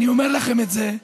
אני אומר לכם את זה,